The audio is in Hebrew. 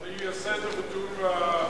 אני אעשה את זה בתיאום עם הממשלה.